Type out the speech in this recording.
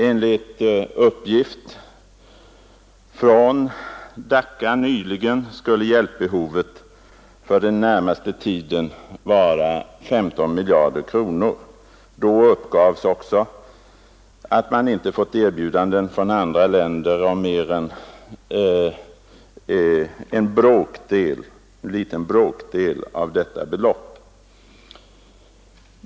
Enligt uppgift från Dacca nyligen skulle hjälpbehovet för den närmaste tiden vara mer än 15 miljarder kronor. Då uppgavs också att man inte fått erbjudanden från andra länder om mer än en liten bråkdel av detta belopp.